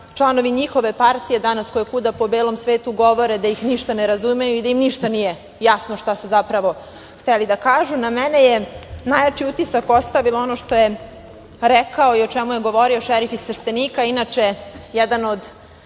članovi njihove partije danas koje kuda po belom svetu govore da ih ništa ne razumeju i da im ništa nije jasno šta su zapravo hteli da kažu, na mene je najjači utisak ostavilo ono što je rekao i o čemu je govorio šerif iz Trstenika, inače jedan od